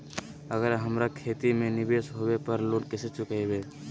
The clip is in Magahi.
अगर हमरा खेती में निवेस होवे पर लोन कैसे चुकाइबे?